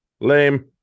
lame